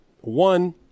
One